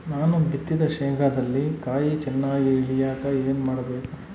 ನಾನು ಬಿತ್ತಿದ ಶೇಂಗಾದಲ್ಲಿ ಕಾಯಿ ಚನ್ನಾಗಿ ಇಳಿಯಕ ಏನು ಮಾಡಬೇಕು?